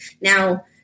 Now